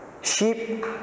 Sheep